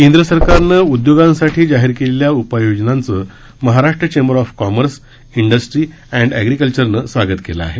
केंद्र सरकारने उदयोगांसाठी जाहीर केलेल्या उपाययोजनांचं Maharashtra chamber of commerce industry and अग्रीकल्चरने स्वागत केलं आहे